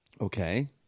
Okay